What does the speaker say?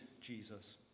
Jesus